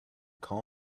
call